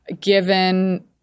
given